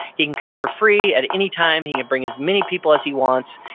he can come for free at any time. he can bring as many people as he wants,